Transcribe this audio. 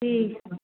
ठीक है